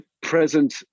present